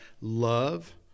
love